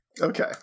Okay